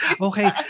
Okay